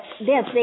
Yes